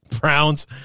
Browns